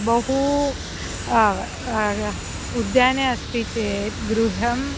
बहु उद्याने अस्ति चेत् गृहं